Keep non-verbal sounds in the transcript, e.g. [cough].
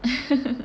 [laughs]